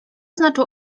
znaczą